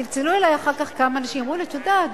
צלצלו אלי אחר כך כמה אנשים ואמרו לי: את יודעת,